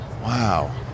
Wow